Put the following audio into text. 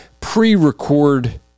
pre-record